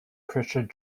pressure